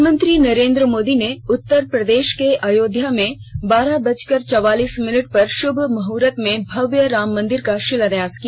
प्रधानमंत्री नरेन्द्र मोदी ने उत्तर प्रदेश के अयोध्या में बारह बजकर चौवालीस मिनट पर श्भ मुहूर्त में भव्य राम मंदिर का शिलान्यास किया